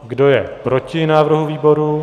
Kdo je proti návrhu výboru?